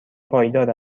پایدار